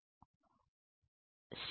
सही बात है